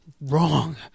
Wrong